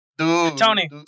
Tony